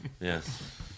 Yes